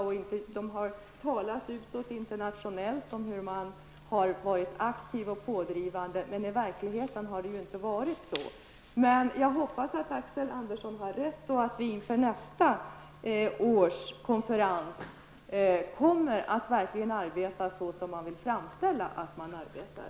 Regeringen har talat internationellt om hur aktiv och pådrivande man har varit, men i verkligheten förhåller det sig inte så. Jag hoppas att Axel Andersson har rätt och att man inför nästa års konferens verkligen kommer att arbeta så som han vill framställa att man arbetar.